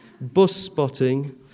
bus-spotting